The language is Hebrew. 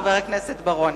חבר הכנסת בר-און.